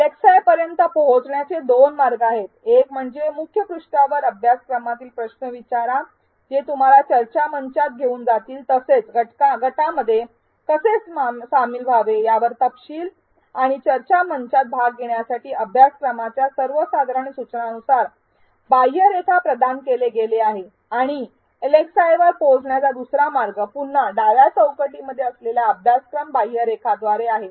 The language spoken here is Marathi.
एलएक्सआय पर्यंत पोहोचण्याचे दोन मार्ग आहेत एक म्हणजे मुख्यपृष्ठावर अभ्यासक्रमातील प्रश्न विचारा जे तुम्हाला चर्चा मंचात घेऊन जाईल तसेच गटामध्ये कसे सामील व्हावे याबद्दल तपशील आणि चर्चामंचात भाग घेण्यासंबंधी अभ्यासक्रमाच्या सर्वसाधारण सूचनांनुसार बाह्यरेखा प्रदान केले गेले आहे आणि एलएक्सआयवर पोहोचण्याचा दुसरा मार्ग पुन्हा डाव्या चौकटीमध्ये असलेल्या अभ्यासक्रम बाह्यरेखाद्वारे आहे